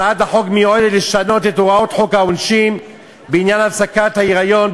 הצעת החוק מיועדת לשנות את הוראות חוק העונשין בעניין הפסקת ההיריון,